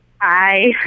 Hi